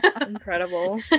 incredible